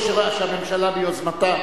או שהממשלה ביוזמתה,